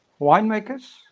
winemakers